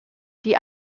die